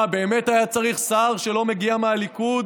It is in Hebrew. מה, באמת היה צריך שר שלא מגיע מהליכוד